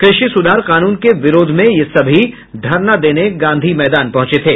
कृषि सुधार कानून के विरोध में ये सभी धरना देने गांधी मैदान पहुंचे थे